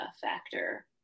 factor